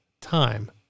time